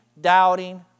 doubting